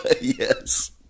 Yes